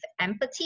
empathy